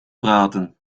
praten